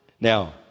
Now